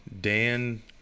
Dan